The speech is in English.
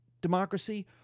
democracy